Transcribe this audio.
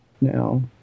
Now